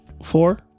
Four